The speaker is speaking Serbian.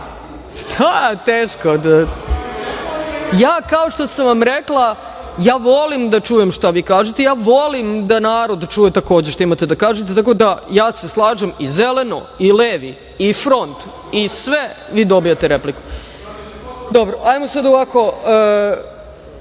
je teško, a ja kao što sam rekla, ja volim da čujem šta vi kažete, ja volim da narod čuje takođe šta imate da kažete, tako da se ja slažem i „zeleno“ i „levi“ i „front“ i sve i vi dobijete repliku. Hajmo sada ovako,